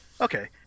Okay